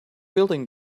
building